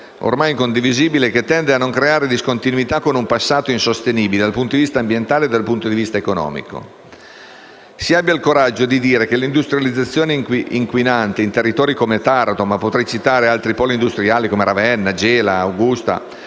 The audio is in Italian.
ormai incondivisibile, che tende a non creare discontinuità con un passato insostenibile dal punto di vista ambientale ed economico. Si abbia il coraggio di dire che l'industrializzazione inquinante in territori come Taranto (ma potrei citare altri poli industriali come Ravenna, Gela o Augusta)